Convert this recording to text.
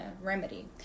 remedy